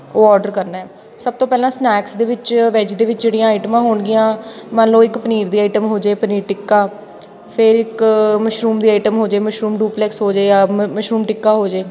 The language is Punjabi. ਉਹ ਔਡਰ ਕਰਨਾ ਹੈ ਸਭ ਤੋਂ ਪਹਿਲਾਂ ਸਨੈਕਸ ਦੇ ਵਿੱਚ ਵੈੱਜ ਦੇ ਵਿੱਚ ਜਿਹੜੀਆਂ ਆਈਟਮਾਂ ਹੋਣਗੀਆਂ ਮੰਨ ਲਉ ਇੱਕ ਪਨੀਰ ਦੀ ਆਈਟਮ ਹੋ ਜੇ ਪਨੀਰ ਟਿੱਕਾ ਫੇਰ ਇੱਕ ਮਸ਼ਰੂਮ ਦੀ ਆਈਟਮ ਹੋ ਜੇ ਮਸ਼ਰੂਮ ਡੂਪਲੈਕਸ ਹੋ ਜੇ ਜਾਂ ਮ ਮਸ਼ਰੂਮ ਟਿੱਕਾ ਹੋ ਜੇ